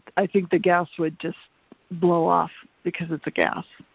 i think the gas would just blow off because it's a gas,